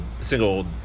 single